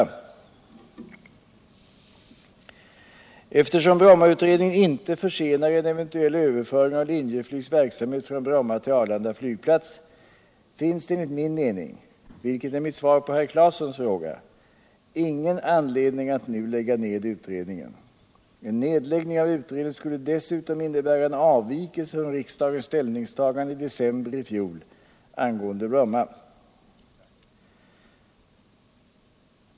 Om Bromma flygplats Om Bromma flygplats 50 Eftersom Brommautredningen inte försenar en eventuell överföring av Linjeflygs verksamhet från Bromma till Arlanda flygplats, finns det enligt min mening — vilket är mitt svar på herr Claesons fråga — ingen anledning att nu lägga ned utredningen. En nedläggning av utredningen skulle dessutom innebära en avvikelse från riksdagens ställningstagande i december i fjol angående Bromma.